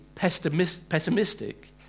pessimistic